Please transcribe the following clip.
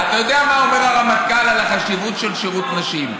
אתה יודע מה אומר הרמטכ"ל על החשיבות של שירות נשים.